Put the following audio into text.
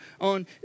on